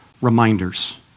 reminders